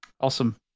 Awesome